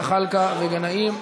זחאלקה וגנאים,